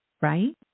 right